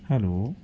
hello